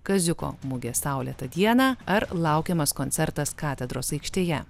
kaziuko mugė saulėtą dieną ar laukiamas koncertas katedros aikštėje